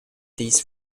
these